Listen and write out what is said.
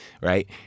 right